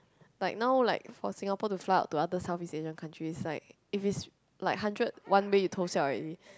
like now like for Singapore to fly out to other South East Asian country is like if it's like hundred one way you 偷笑 already